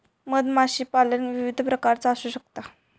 मधमाशीपालन विविध प्रकारचा असू शकता